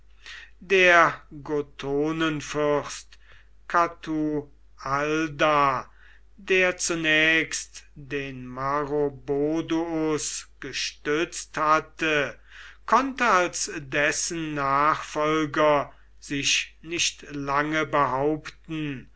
gotonenfürst catualda der zunächst den maroboduus gestürzt hatte konnte als dessen nachfolger sich nicht lange behaupten